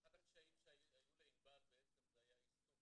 אחד הקשיים שהיו לענבל זה היה איסוף